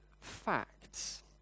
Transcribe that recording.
facts